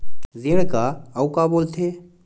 ऋण का अउ का बोल थे?